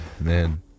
man